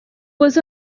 was